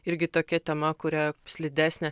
irgi tokia tema kuria slidesnė